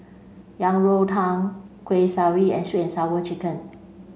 Yang Rou Tang Kuih Kaswi and sweet and sour chicken